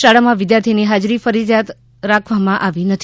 શાળામાં વિદ્યાર્થીની હાજરી ફરજીયાત રાખવામા આવી નથી